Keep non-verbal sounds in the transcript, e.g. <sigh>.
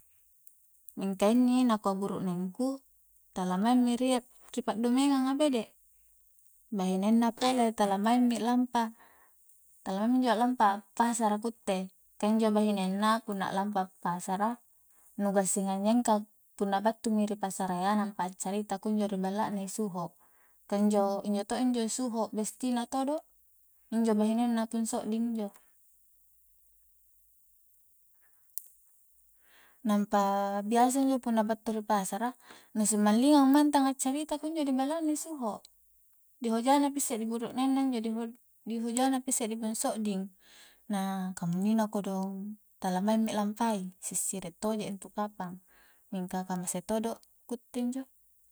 Mingka inni nakua burukneng ku tala maing mi rie ri pa'domengang a bede' bahinenna pole tala maing mi lampa, talaa maing minjo a'lampa appasara ku utte ka injo bahinenna punna a'lampa pasara nu gassing a nyengka punna battu mi ri pasarayya nampa a'carita kunjo ri balla na i suho ka injo-injo to' injo suho besti na todo injo bahinenna pung sodding injo nampa biasa injo punna battu ri pasara nu simallingang mantang a'carita kunjo diballa na i suho di hoja na pi isse ri burukneng na injo <unintelligible> dihoja na pi isse di pung sodding mna kamunnina kodong tala maing mi lampai siri'siri toje' intu kapang mingka kamase todo ku utte injo